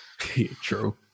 true